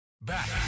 Back